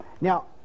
Now